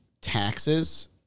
taxes